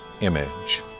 image